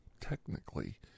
technically